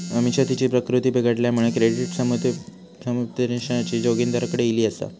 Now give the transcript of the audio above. अमिषा तिची प्रकृती बिघडल्यामुळा क्रेडिट समुपदेशनासाठी जोगिंदरकडे ईली आसा